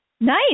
Nice